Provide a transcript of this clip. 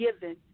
given